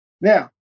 Now